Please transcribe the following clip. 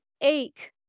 ache